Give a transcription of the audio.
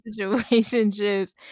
situationships